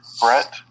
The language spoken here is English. Brett